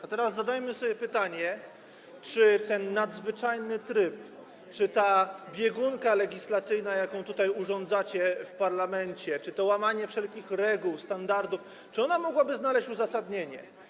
A teraz zadajmy sobie pytanie, czy ten nadzwyczajny tryb, czy ta biegunka legislacyjna, jaką urządzacie w parlamencie, czy to łamanie wszelkich reguł, standardów czy to mogłoby znaleźć uzasadnienie.